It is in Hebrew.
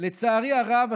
לצערי הרב,